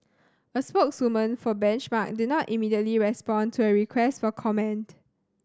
a spokeswoman for Benchmark did not immediately respond to a request for comment